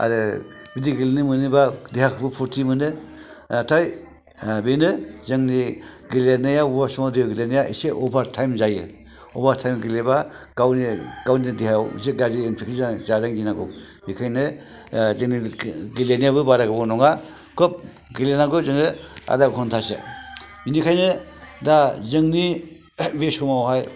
आरो बिदि गेलेनो मोनोबा देहाखौबो फुरथि मोनो नाथाय बेनो जोंनि गेलेनायाव एसे गेलेनाया अभारटाइम जायो अबारटाइम गेलेबा गावनि देहायाव इसे गाज्रि इनफेक्सन जाजानो गिनांगौ बेखायनो जोंनि गेलेनायाबो बारा गोबाव नङा खोब गेलेनांगौ जोङो आदा खनथासो बिनिखायनो दा जोंनि बे समावहाय